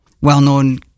well-known